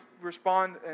respond